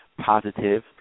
positive